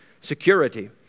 Security